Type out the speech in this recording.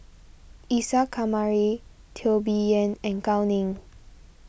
Isa Kamari Teo Bee Yen and Gao Ning